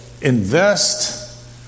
invest